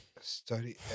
study